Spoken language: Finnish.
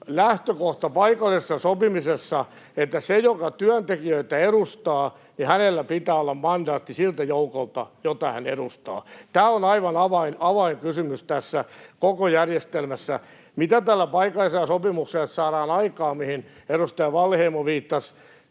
lähtökohta paikallisessa sopimisessa, että sillä, joka työntekijöitä edustaa, pitää olla mandaatti siltä joukolta, jota hän edustaa. Tämä on aivan avainkysymys tässä koko järjestelmässä. Mitä tällä paikallisella sopimisella saadaan aikaan, mihin edustaja Wallinheimo viittasi: